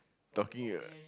talking uh